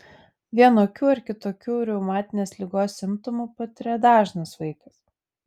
vienokių ar kitokių reumatinės ligos simptomų patiria dažnas vaikas